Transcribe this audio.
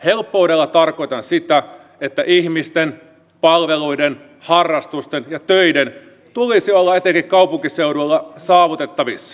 helppoudella tarkoitan sitä että ihmisten palveluiden harrastusten ja töiden tulisi olla etenkin kaupunkiseudulla saavutettavissa